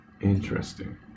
Interesting